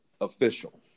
official